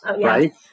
right